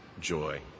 joy